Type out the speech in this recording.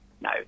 no